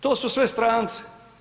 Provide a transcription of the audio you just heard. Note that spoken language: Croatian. To su sve stranci.